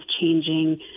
changing